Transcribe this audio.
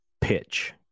pitch